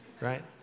right